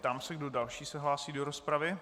Ptám se, kdo další se hlásí do rozpravy.